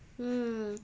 mm